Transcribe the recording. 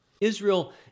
Israel